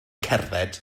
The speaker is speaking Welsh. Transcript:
cerdded